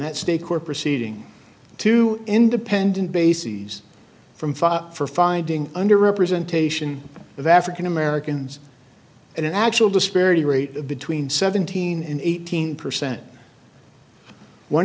that state court proceeding to independent bases from for finding under representation of african americans an actual disparity rate of between seventeen and eighteen percent one